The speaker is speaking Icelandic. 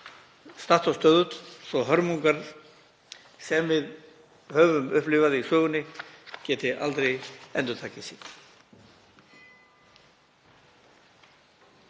statt og stöðugt svo að hörmungarnar sem við höfum upplifað í sögunni geti aldrei endurtekið sig.